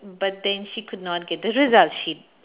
but then she could not get the result she